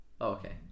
okay